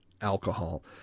alcohol